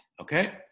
okay